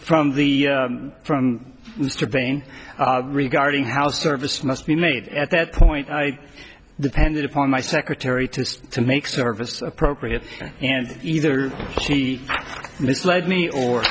from the from mr vane regarding how service must be made at that point i depended upon my secretary to to make service appropriate and either she misled me or